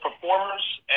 performers